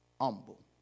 humble